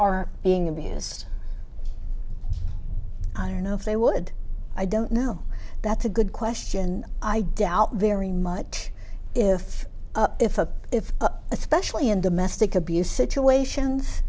are being abused or know if they would i don't know that's a good question i doubt very much if if a if especially in domestic abuse situations